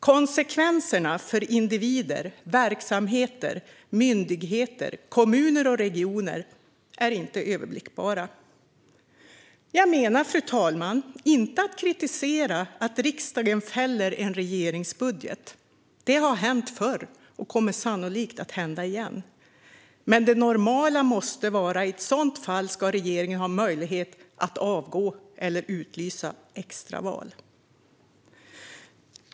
Konsekvenserna för individer, verksamheter, myndigheter, kommuner och regioner är inte överblickbara. Jag menar, fru talman, inte att kritisera att riksdagen fäller en regeringsbudget. Det har hänt förr och kommer sannolikt att hända igen, men det normala måste vara att regeringen i ett sådant fall ska ha möjlighet att avgå eller utlysa extraval.